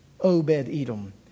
Obed-Edom